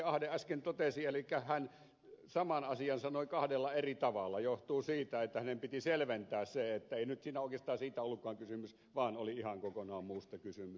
ahde äsken totesi elikkä hän saman asian sanoi kahdella eri tavalla johtuen siitä että hänen piti selventää se että ei siinä nyt oikeastaan siitä ollutkaan kysymys vaan oli ihan kokonaan muusta kysymys